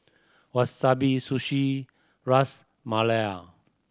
Wasabi Sushi Ras Malai